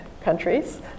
countries